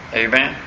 amen